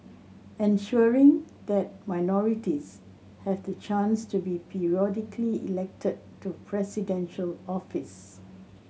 ensuring that minorities have the chance to be periodically elected to Presidential office